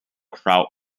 crowd